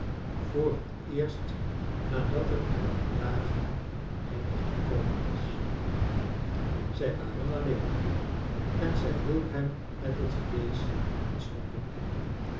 voor het eerst nadat er aan die dagen een einde gekomen was zij waren alleen en zij hielp hem met het vleesch en schonk hem in